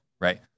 right